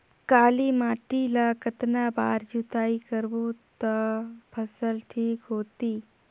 काली माटी ला कतना बार जुताई करबो ता फसल ठीक होती?